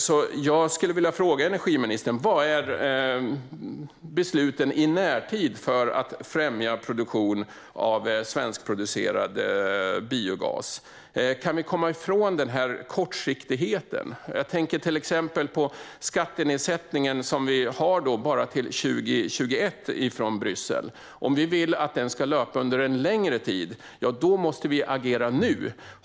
Därför frågar jag energiministern: Vilka är besluten i närtid för att främja produktionen av svensk biogas? Kan vi komma ifrån kortsiktigheten? Skattenedsättningen är bara godkänd av Bryssel till 2021. Om vi vill att den ska löpa längre måste vi agera nu.